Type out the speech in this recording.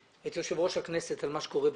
את יושב ראש הכנסת לגבי מה שקורה בכנסת,